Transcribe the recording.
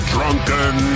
Drunken